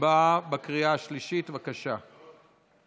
הצבעה בקריאה השלישית, בבקשה.